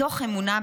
מתוך אמונה בשלום.